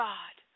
God